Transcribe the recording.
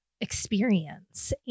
experience